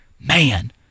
man